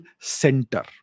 center